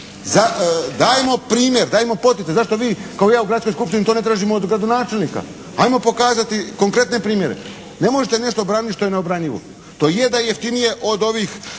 Dajmo primjer, dajmo poticaj. Zašto vi kao ja u Gradskoj skupštini to ne tražimo od gradonačelnika? Ajmo pokazati konkretne primjere. Ne možete nešto braniti što je neobranjivo. To je da je jeftinije od ovih